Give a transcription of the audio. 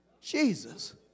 Jesus